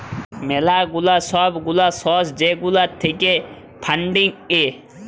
ম্যালা গুলা সব গুলা সর্স যেগুলা থাক্যে ফান্ডিং এ